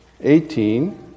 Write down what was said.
eighteen